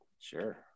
sure